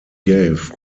gave